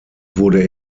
wurde